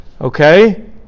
okay